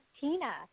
Tina